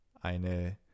eine